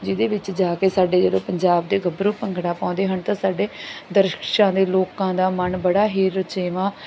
ਜਿਹਦੇ ਵਿੱਚ ਜਾ ਕੇ ਸਾਡੇ ਜਦੋਂ ਪੰਜਾਬ ਦੇ ਗੱਭਰੂ ਭੰਗੜਾ ਪਾਉਂਦੇ ਹਨ ਤਾਂ ਸਾਡੇ ਦਰਕਸ਼ਾਂ ਦੇ ਲੋਕਾਂ ਦਾ ਮਨ ਬੜਾ ਹੀ ਰਚੇਵਾਂ